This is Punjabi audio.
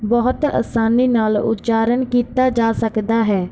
ਬਹੁਤ ਆਸਾਨੀ ਨਾਲ ਉਚਾਰਨ ਕੀਤਾ ਜਾ ਸਕਦਾ ਹੈ